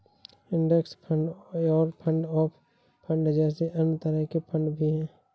index fund और fund of fund जैसे अन्य तरह के फण्ड भी हैं